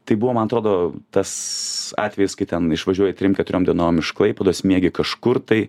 tai buvo man atrodo tas atvejis kai ten išvažiuoji trim keturiom dienom iš klaipėdos miegi kažkur tai